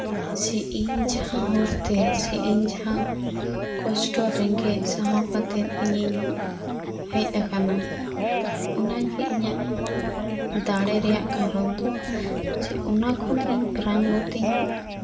ᱥᱮ ᱤᱧ ᱡᱟᱦᱟᱸ ᱦᱚᱨᱛᱮ ᱥᱮ ᱤᱧ ᱡᱟᱦᱟᱸ ᱠᱚᱥᱴᱚ ᱨᱮᱸᱜᱮᱡ ᱥᱟᱦᱟᱣ ᱠᱟᱛᱮ ᱤᱧᱤᱧ ᱦᱮᱡ ᱟᱠᱟᱱᱟ ᱚᱱᱟᱜᱤ ᱤᱧᱟᱹᱜ ᱫᱟᱲᱮᱨᱮᱭᱟᱜ ᱠᱟᱨᱚᱱ ᱫᱚ ᱡᱮ ᱚᱱᱟᱠᱷᱚᱱ ᱤᱧ ᱯᱨᱟᱝᱜᱚᱛ ᱤᱧ